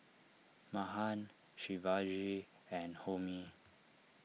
Mahan Shivaji and Homi